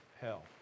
hell